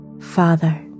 Father